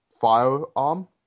firearm